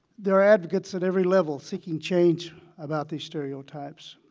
there are advocates at every level seeking change about these stereotypes.